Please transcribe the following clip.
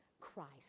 Christ